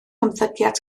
ymddygiad